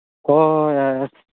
ꯍꯣꯏ ꯍꯣꯏ ꯌꯥꯏ ꯌꯥꯏ